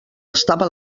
estava